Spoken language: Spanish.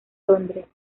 londres